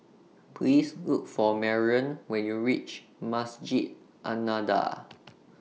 Please Look For Marion when YOU REACH Masjid An Nahdhah